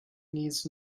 needs